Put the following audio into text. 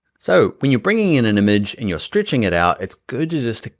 so when you're bringing in an image and you're stretching it out, it's good to just,